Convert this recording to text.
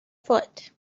foot